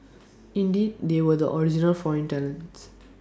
indeed they were the original foreign talents